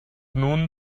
nun